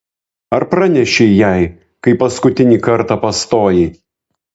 ar pranešei jai kai paskutinį kartą pastojai